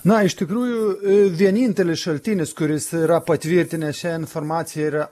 na iš tikrųjų vienintelis šaltinis kuris yra patvirtinęs šią informaciją yra